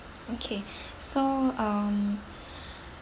okay so um